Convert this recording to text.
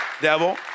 devil